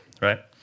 right